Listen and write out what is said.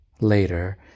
Later